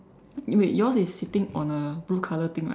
wait yours is sitting on a blue color thing right